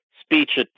speech